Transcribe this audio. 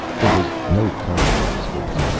there was no color to his face.